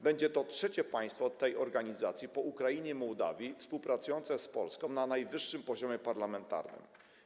Będzie to trzecie państwo tej organizacji, po Ukrainie i Mołdawii, współpracujące z Polską na najwyższym poziomie parlamentarnym.